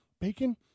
Bacon